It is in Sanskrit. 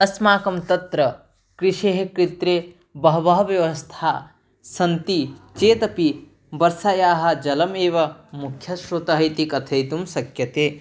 अस्माकं तत्र कृषेः कृते बहवः व्यवस्थाः सन्ति चेतपि वर्षायाः जलमेव मुख्यस्त्रोतः इति कथयितुं शक्यते